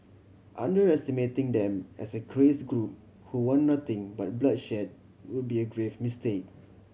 underestimating them as a craze group who want nothing but bloodshed would be a grave mistake